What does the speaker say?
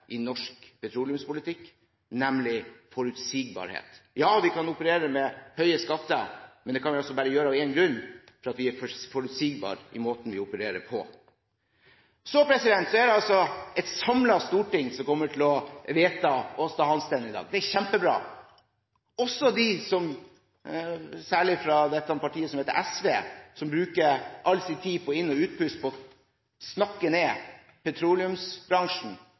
i norsk petroleumspolitikk, nemlig forutsigbarhet. Ja, vi kan operere med høye skatter, men det kan vi bare gjøre av én grunn, nemlig at vi er forutsigbare i måten vi opererer på. Det er et samlet storting som kommer til å vedta Aasta Hansteen i dag, og det er kjempebra – også de som, særlig fra dette partiet som heter SV, bruker all sin tid, på inn- og utpust, på å snakke ned petroleumsbransjen